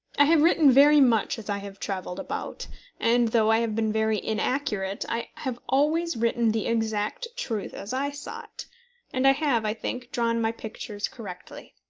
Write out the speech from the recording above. i have written very much as i have travelled about and though i have been very inaccurate, i have always written the exact truth as i saw it and i have, i think, drawn my pictures correctly.